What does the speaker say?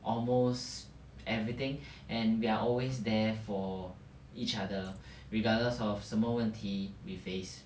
almost everything and we are always there for each other regardless of 什么问题 we face